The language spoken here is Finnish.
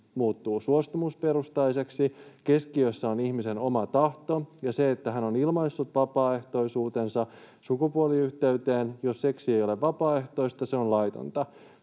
muuttuu suostumusperustaiseksi. Keskiössä on ihmisen oma tahto ja se, että hän on ilmaissut vapaaehtoisuutensa sukupuoliyhteyteen. Jos seksi ei ole vapaaehtoista, se on laitonta.